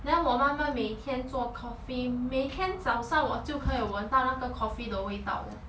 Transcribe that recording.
then 我妈妈每天做 coffee 每天早上我就可以闻到那个 coffee 的味道了